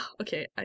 Okay